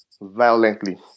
violently